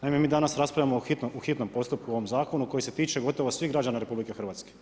Naime, mi danas raspravljamo o hitnom postupku u ovom zakonu, koji se tiče gotovo svih građana RH.